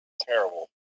Terrible